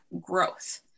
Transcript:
growth